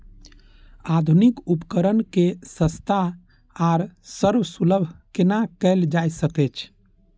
आधुनिक उपकण के सस्ता आर सर्वसुलभ केना कैयल जाए सकेछ?